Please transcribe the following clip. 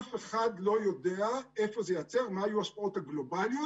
אף אחד לא יודע איפה זה ייעצר ומה יהיו ההשפעות הגלובליות.